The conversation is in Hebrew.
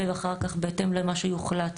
ואחר כך בהתאם למה שיוחלט,